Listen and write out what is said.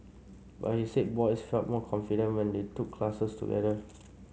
but he said boys felt more confident when they took classes together